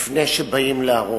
לפני שבאים להרוס,